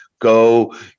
go